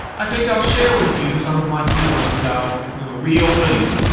i think i'll share with you some of my feelings about real things.